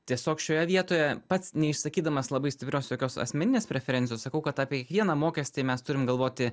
tiesiog šioje vietoje pats neišsakydamas labai stiprios jokios asmeninės preferencijos sakau kad apie kiekvieną mokestį mes turim galvoti